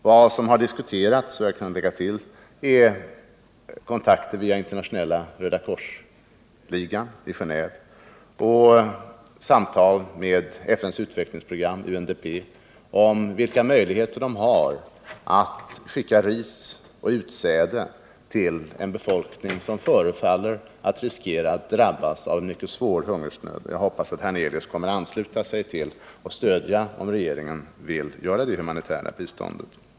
Jag kan tillägga att vad som har diskuterats är kontakter via Rödakorsföreningarnas förbund i Genéve och samtal med företrädare för FN:s utvecklingsprogram, UNDP, om vilka möjligheter man på dessa håll har att skicka ris och utsäde till en befolkning som förefaller att riskera att drabbas av en mycket svår hungersnöd. Jag hoppas att herr Hernelius kommer att stödja regeringen, om den vill ge detta humanitära bistånd.